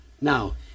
Now